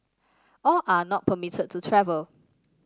all are not permitted to travel